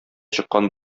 чыккан